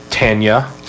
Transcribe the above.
Tanya